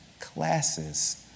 classes